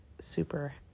super